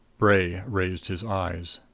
bray raised his eyes.